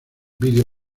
vídeo